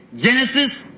Genesis